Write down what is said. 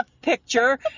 picture